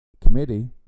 committee